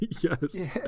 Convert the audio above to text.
Yes